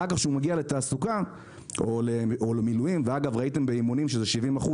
אחר כך כשהוא מגיע לתעסוקה או למילואים ואגב ראיתם באימונים שזה 70%,